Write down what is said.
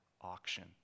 auction